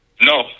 No